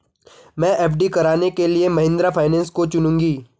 मैं एफ.डी कराने के लिए महिंद्रा फाइनेंस को चुनूंगी